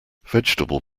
vegetable